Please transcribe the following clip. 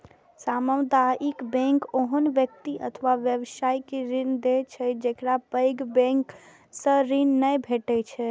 सामुदायिक बैंक ओहन व्यक्ति अथवा व्यवसाय के ऋण दै छै, जेकरा पैघ बैंक सं ऋण नै भेटै छै